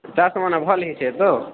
ଚାଷ୍ମାନେ ଭଲ୍ ହେଇଛେ ତ